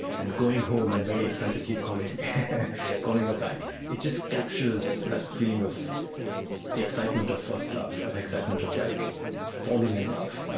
and going home and very excitedly calling calling her back it just captures that feeling of the excitement of first love and the excitement of like falling in love.